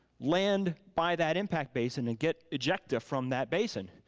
land by that impact basin and get ejected from that basin,